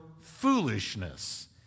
foolishness